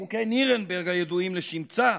חוקי נירנברג הידועים לשמצה,